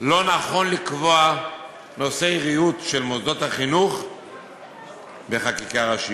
לא נכון לקבוע נושא ריהוט של מוסדות החינוך בחקיקה ראשית.